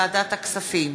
30 בעד, 17 מתנגדים.